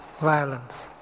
violence